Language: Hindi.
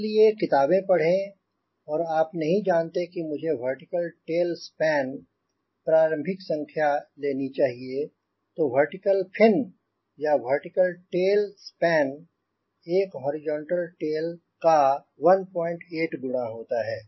इसलिए किताबें पढ़ें और आप नहीं जानते कि मुझे वर्टिकल टेल स्पेन प्रारंभिक संख्या लेनी चाहिए तो वर्टिकल फिन या वर्टिकल टेल स्पेन एक हॉरिजॉन्टल टेल का 18 गुना होता है